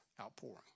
outpouring